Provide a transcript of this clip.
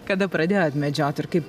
kada pradėjot medžioti ir kaip